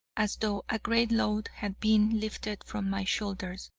as though a great load had been lifted from my shoulders.